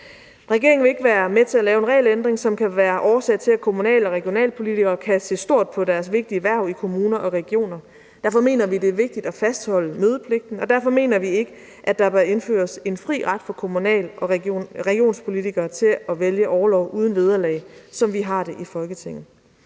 Regeringen vil ikke være med til at lave en regelændring, som kan være årsag til, at kommunal- og regionalpolitikere kan se stort på deres vigtige hverv i kommuner og regioner. Derfor mener vi, det er vigtigt at fastholde mødepligten, og derfor mener vi ikke, at der bør indføres en fri ret for kommunal- og regionalpolitikere til at vælge orlov uden vederlag, som vi har det i Folketinget.